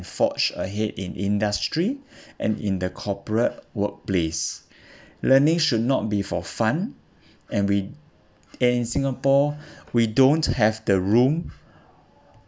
forge ahead in industry and in the corporate workplace learning should not be for fun and we in singapore we don't have the room